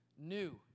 new